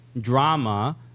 drama